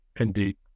Indeed